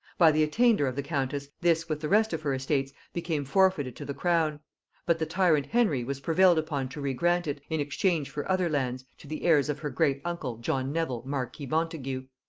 by the attainder of the countess, this with the rest of her estates became forfeited to the crown but the tyrant henry was prevailed upon to regrant it, in exchange for other lands, to the heirs of her great-uncle john nevil marquis montagu.